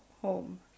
home